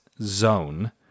zone